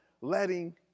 letting